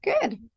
Good